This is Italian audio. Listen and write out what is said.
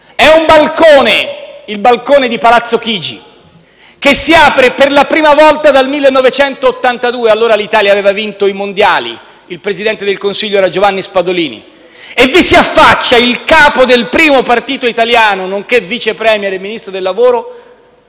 di bilancio è il balcone di Palazzo Chigi, che si apre per la prima volta dal 1982. Allora l'Italia aveva vinto i mondiali. Il Presidente del Consiglio era Giovanni Spadolini. Vi si affaccia il capo del primo partito italiano, nonché Vice *Premier* e Ministro del lavoro,